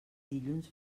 dilluns